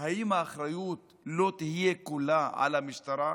האם האחריות לא תהיה כולה על המשטרה?